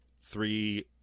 three